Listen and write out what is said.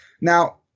Now